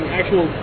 actual